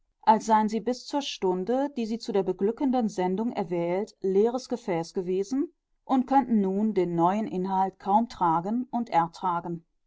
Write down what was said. als seien sie bis zur stunde die sie zu der beglückenden sendung erwählt leeres gefäß gewesen und könnten nun den neuen inhalt kaum tragen und ertragen